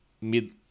mid